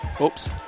Oops